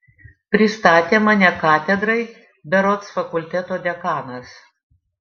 pristatė mane katedrai berods fakulteto dekanas